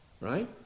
right